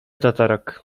tatarak